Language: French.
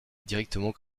directement